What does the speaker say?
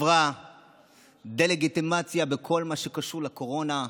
עברו דה-לגיטימציה בכל מה שקשור לקורונה,